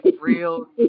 real